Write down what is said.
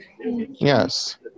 Yes